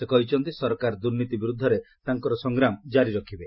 ସେ କହିଛନ୍ତି ସରକାର ଦୂର୍ନୀତି ବିରୁଦ୍ଧରେ ତାଙ୍କର ସଂଗ୍ରାମ କାରି ରଖିବେ